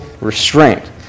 restraint